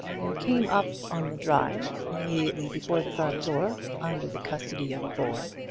there came up on the drive, immediately before the front door, under the custody of a boy,